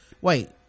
wait